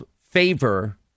favor